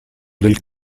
del